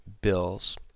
bills